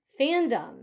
fandom